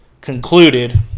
concluded